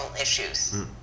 issues